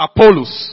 Apollos